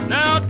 Now